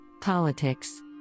Politics